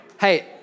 hey